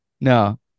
no